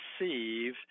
receive